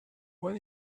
when